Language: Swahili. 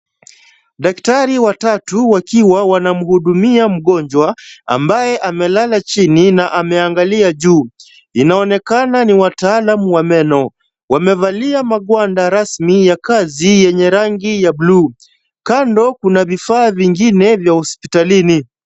Daktari watatu wakiwa wanamhudumia mgonjwa ambaye amelala chini na ameangalia juu. Inaonekana ni wataalamu wa meno. Wamevalia magwanda rasmi ya kazi yenye rangi ya bluu. Kando kuna vifaa vingine vya hospitalini.